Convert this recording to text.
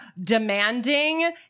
Demanding